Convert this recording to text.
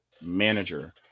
manager